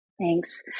Thanks